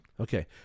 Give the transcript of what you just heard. Okay